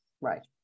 Right